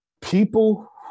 People